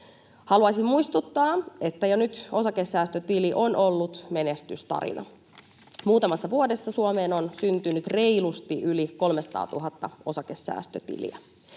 Haluaisin muistuttaa, että jo nyt osakesäästötili on ollut menestystarina. Muutamassa vuodessa Suomeen on syntynyt reilusti yli 300 000 osakesäästötiliä.